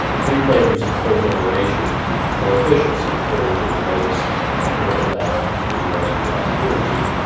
three flavors of cogeneration or efficiency according to the latest empirical data for the u s. from the last year or two.